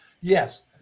yes